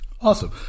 Awesome